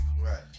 Right